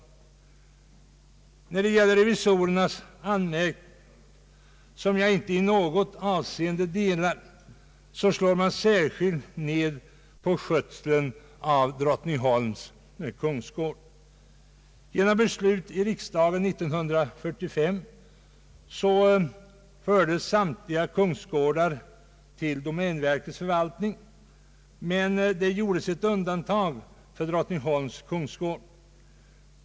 Reservanternas i riksdagsrevisionen anmärkning, som jag inte i något avseende instämmer i, riktar sig särskilt mot skötseln av Drottningholms kungsgård. Genom beslut i riksdagen 1945 fördes samtliga kungsgårdar till domänverkets förvaltning, men det gjordes ett undantag för Drottningholms kungsgård.